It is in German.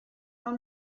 man